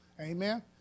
Amen